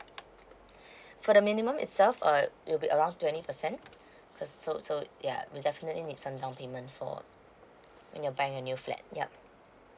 for the minimum itself uh it'll be around twenty percent so so yeah we definitely need some down payment for if you are buying a new flat yup